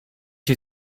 you